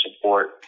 support